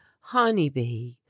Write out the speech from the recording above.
Honeybee